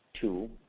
two